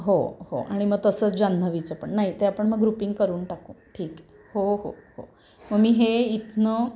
हो हो आणि मं तसंच जान्हवीचं पण नाही ते आपण मग ग्रुपिंग करून टाकू ठीक आहे हो हो हो मग मी हे इथून